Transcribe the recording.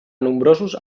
nombrosos